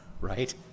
right